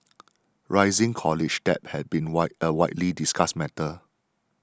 rising college debt has been wide a widely discussed matter